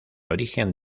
origen